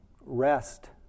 Rest